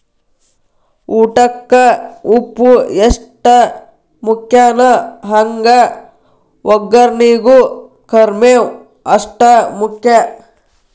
ಊಟಕ್ಕ ಉಪ್ಪು ಎಷ್ಟ ಮುಖ್ಯಾನೋ ಹಂಗ ವಗ್ಗರ್ನಿಗೂ ಕರ್ಮೇವ್ ಅಷ್ಟ ಮುಖ್ಯ